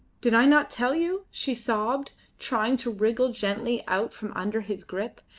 did i not tell you? she sobbed, trying to wriggle gently out from under his grip.